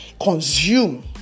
consume